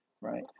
right